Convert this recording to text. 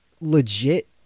legit